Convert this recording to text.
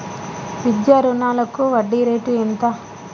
విద్యా రుణాలకు వడ్డీ రేటు ఎంత?